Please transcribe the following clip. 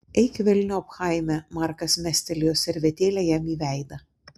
eik velniop chaime markas mestelėjo servetėlę jam į veidą